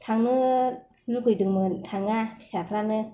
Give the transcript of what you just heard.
थांनो लुबैदोंमोन थाङा फिसाफोरानो